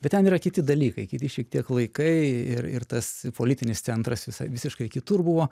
bet ten yra kiti dalykai kiti šiek tiek laikai ir ir tas politinis centras visai visiškai kitur buvo